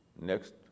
next